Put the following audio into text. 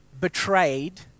betrayed